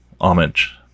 homage